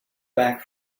back